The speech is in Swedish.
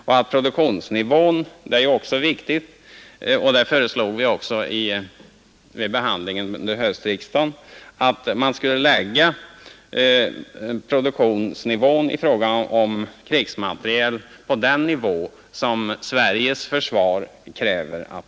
Vi har också — senast vid behandlingen under höstriksdagen — krävt att produktionsnivån skall anpassas med hänsyn till enbart vad Sveriges eget försvar kräver.